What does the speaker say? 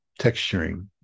texturing